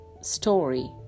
story